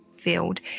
field